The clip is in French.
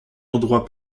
endroit